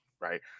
Right